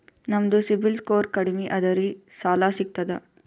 ನಮ್ದು CIBIL score ಕಡಿಮಿ ಅದರಿ ಸಾಲಾ ಸಿಗ್ತದ?